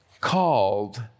called